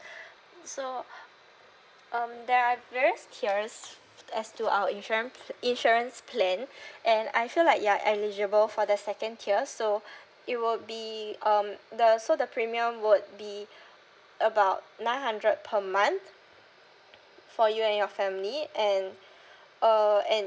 so um there are various tiers as to our insurance pl~ insurance plan and I feel like you're eligible for the second tier so it will be um the so the premium would be about nine hundred per month for you and your family and uh and